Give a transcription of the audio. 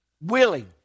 willing